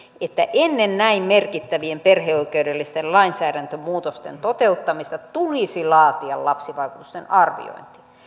että ennen näin merkittävien perheoikeudellisten lainsäädäntömuutosten toteuttamista tulisi laatia lapsivaikutusten arviointi